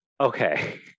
Okay